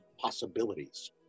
possibilities